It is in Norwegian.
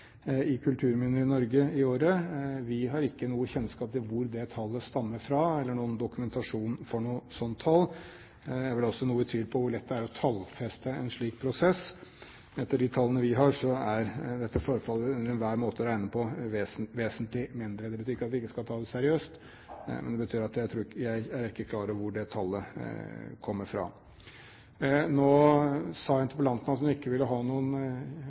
i Norge i året. Vi har ikke noe kjennskap til hvor det tallet stammer fra, eller noen dokumentasjon for noe sånt tall. Jeg er vel også noe i tvil om hvor lett det er å tallfeste en slik prosess. Etter de tallene vi har, så er dette forfallet – ut fra enhver måte å regne på – vesentlig mindre. Det betyr ikke at vi ikke skal ta det seriøst, men det betyr at jeg ikke er klar over hvor det tallet kommer fra. Nå sa interpellanten at hun ikke ville ha noen